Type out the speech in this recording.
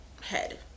head